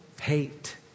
Hate